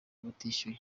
batishyuye